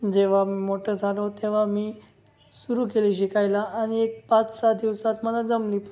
जेव्हा मी मोठं झालो तेव्हा मी सुरू केली शिकायला आणि एक पाच सहा दिवसात मला जमली पण